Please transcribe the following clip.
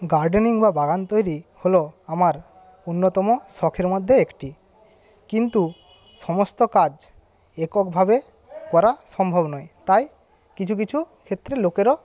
gardening বা বাগান তৈরি হল আমার অন্যতম শখের মধ্যে একটি কিন্তু সমস্ত কাজ এককভাবে করা সম্ভব নয় তাই কিছু কিছু ক্ষেত্রে লোকেরা